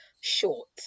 short